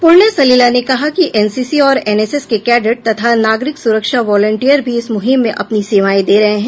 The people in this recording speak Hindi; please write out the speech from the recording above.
पुण्य सलिला ने कहा कि एनसीसी और एनएसएस के कैडेट तथा नागरिक सुरक्षा वॉलेंटियर भी इस मुहिम में अपनी सेवाएं दे रहे हैं